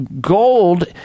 gold